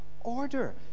order